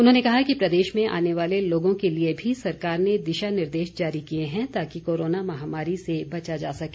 उन्होंने कहा कि प्रदेश में आने वाले लोगों के लिए भी सरकार ने दिशा निर्देश जारी किए हैं ताकि कोरोना महामारी से बचा जा सके